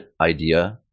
idea